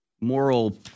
moral